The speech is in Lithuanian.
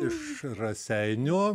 iš raseinių